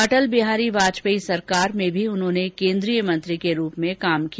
अटल बिहारी वाजपेयी सरकार में भी उन्होंने केन्द्रीय मंत्री के रूप में काम किया